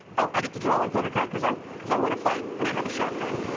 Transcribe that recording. oh, i get to draw one poker card cause i cause i won a fight and i have a shotgun.